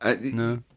no